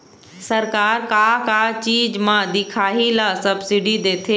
सरकार का का चीज म दिखाही ला सब्सिडी देथे?